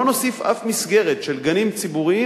לא נוסיף אף מסגרת של גנים ציבוריים